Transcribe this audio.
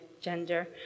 gender